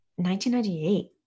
1998